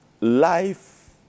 life